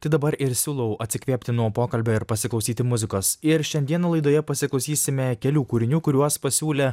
tai dabar ir siūlau atsikvėpti nuo pokalbio ir pasiklausyti muzikos ir šiandien laidoje pasiklausysime kelių kūrinių kuriuos pasiūlė